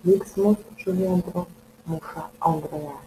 klyksmus žuvėdrų mūšą audroje